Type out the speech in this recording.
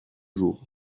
jour